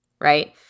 right